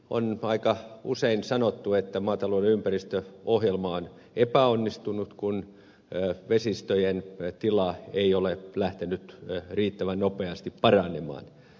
on aika usein sanottu että maatalouden ympäristöohjelma on epäonnistunut kun vesistöjen tila ei ole lähtenyt riittävän nopeasti paranemaan